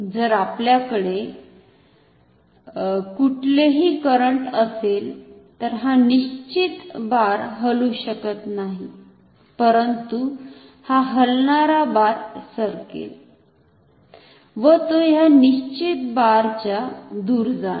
जर आपल्याकडे कुठलेही करंट असेल तर हा निश्चित बार हलू शकत नाही परंतु हा हलणारा बार सरकेल व तो ह्या निश्चित बार च्या दूर जाणार